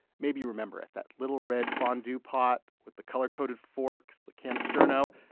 maybe you remember it. that little red fondue pot with the color-coded forks, the can of sterno,